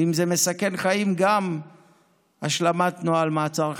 ואם זה מסכן חיים, גם השלמת נוהל מעצר חשוד.